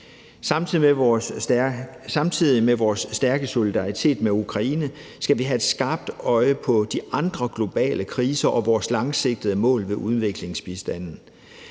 Samtidig med vores stærke solidaritet med Ukraine skal vi have et skarpt øje på de andre globale kriser og på vores langsigtede mål med udviklingsbistanden.